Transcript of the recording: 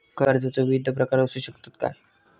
कर्जाचो विविध प्रकार असु शकतत काय?